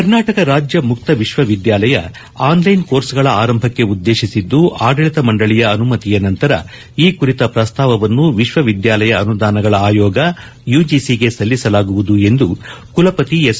ಕರ್ನಾಟಕ ರಾಜ್ಯ ಮುಕ್ತ ವಿಶ್ವವಿದ್ಯಾಲಯ ಆನ್ಲೈನ್ ಕೋರ್ಸ್ಗಳ ಆರಂಭಕ್ಕೆ ಉದ್ದೇಶಿಸಿದ್ದು ಆಡಳಿತ ಮಂಡಳಿಯ ಅನುಮತಿಯ ನಂತರ ಈ ಕುರಿತ ಪ್ರಸ್ತಾವವನ್ನು ವಿಶ್ವವಿದ್ಯಾಲಯ ಅನುದಾನಗಳ ಆಯೋಗ ಯುಜಿಸಿಗೆ ಸಲ್ಲಿಸಲಾಗುವುದು ಎಂದು ಕುಲಪತಿ ಎಸ್